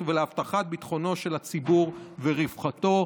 ולהבטחת ביטחונו של הציבור ורווחתו,